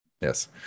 Yes